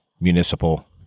municipal